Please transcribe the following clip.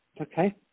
Okay